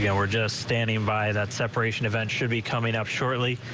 yeah were just standing by that separation event should be coming up shortly.